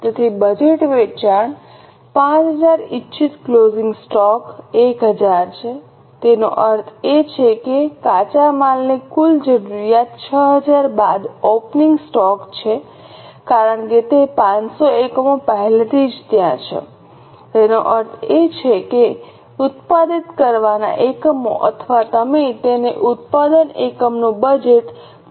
તેથી બજેટ વેચાણ 5000 ઇચ્છિત ક્લોઝિંગ સ્ટોક 1000 છે તેનો અર્થ એ કે તૈયાર માલની કુલ જરૂરિયાત 6000 બાદ ઓપનિંગ સ્ટોક છે કારણ કે તે 500 એકમો પહેલેથી જ ત્યાં છે તેનો અર્થ એ કે ઉત્પાદિત કરવાના એકમો અથવા તમે તેને ઉત્પાદન એકમનું બજેટ 5500 કહી શકો છો